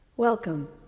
Welcome